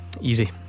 Easy